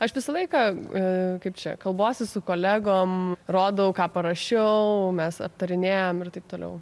aš visą laiką kaip čia kalbuosi su kolegom rodau ką parašiau mes aptarinėjam ir taip toliau